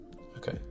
Okay